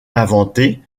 inventer